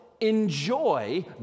enjoy